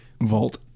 Vault